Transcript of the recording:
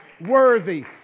worthy